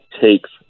takes